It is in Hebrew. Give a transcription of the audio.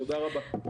תודה רבה.